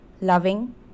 loving